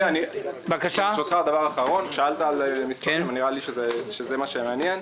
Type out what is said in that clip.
אם יש לו גופים מתווכים באמצע הם מאריכים את משך הזמן עד המענה.